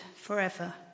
forever